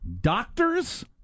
doctors